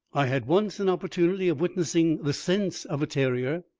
i had once an opportunity of witnessing the sense of a terrier.